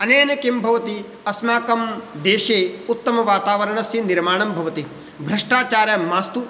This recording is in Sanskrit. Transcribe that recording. अनेन किं भवति अस्माकं देशे उत्तमवातावरणस्य निर्माणं भवति भ्रष्टाचारः मास्तु